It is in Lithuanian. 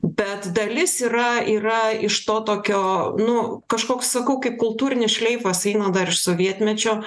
bet dalis yra yra iš to tokio nu kažkoks sakau kaip kultūrinis šleifas eina dar iš sovietmečio